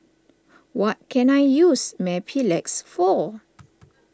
what can I use Mepilex for